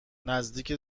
نزدیک